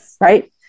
Right